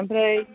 आमफ्राय